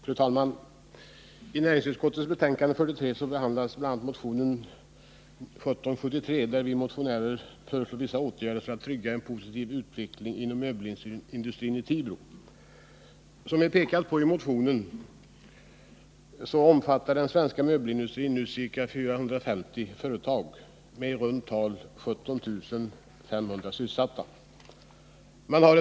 Fru talman! I näringsutskottets betänkande 43 behandlas bl.a. motion 1773, där vi motionärer föreslår vissa åtgärder för att trygga en positiv utveckling inom möbelindustrin i Tibro. Den svenska möbelindustrin omfattar i dag, som vi framhåller i motionen, ca 450 företag med i runt tal 17 500 sysselsatta.